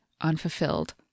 unfulfilled